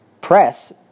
press